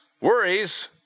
worries